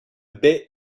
bey